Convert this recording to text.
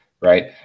right